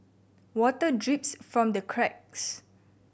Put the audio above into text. water drips from the cracks